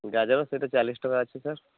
ଗାଜର ସେଇଟା ଚାଳିଶ ଟଙ୍କା ଅଛି ସାର୍